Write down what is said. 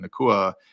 Nakua